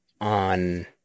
on